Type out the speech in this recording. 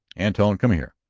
antone, come here.